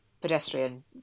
pedestrian